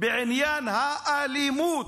בעניין האלימות.